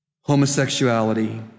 homosexuality